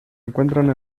encuentran